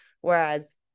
Whereas